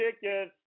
tickets